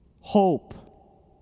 hope